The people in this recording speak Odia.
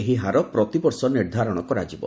ଏହି ହାର ପ୍ରତିବର୍ଷ ନିର୍ଦ୍ଧାରଣ କରାଯିବ